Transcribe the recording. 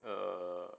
err